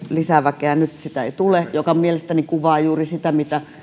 lisää väkeä nyt ei tule mikä mielestäni kuvaa juuri sitä mitä